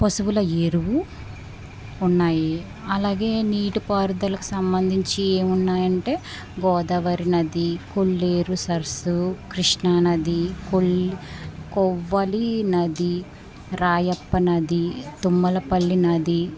పశువుల ఎరువు ఉన్నాయి అలాగే నీటిపారుదలకు సంబంధించి ఏమున్నాయి అంటే గోదావరి నది కొల్లేరు సరస్సు కృష్ణానది కొల్ కొవ్వలి నది రాయప్పనది తుమ్మలపల్లి నాది